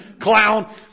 clown